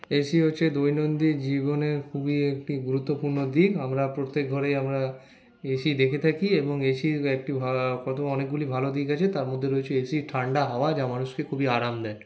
AC হচ্ছে দৈনন্দিন জীবনের খুবই একটি গুরুত্বপূর্ণ দিক আমরা প্রত্যেক ঘরেই আমরা এসি দেখে থাকি এবং এসির একটি প্রথমে অনেকগুলি ভালো দিক আছে তার মধ্যে রয়েছে এসির ঠান্ডা হাওয়া যা মানুষকে খুবই আরাম দেয়